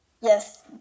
Yes